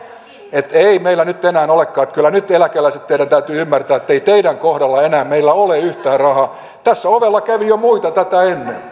että ei meillä nyt enää olekaan rahaa kyllä nyt teidän eläkeläisten täytyy ymmärtää ettei teidän kohdallanne enää meillä ole yhtään rahaa tässä ovella kävi jo muita tätä ennen